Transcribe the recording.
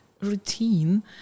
routine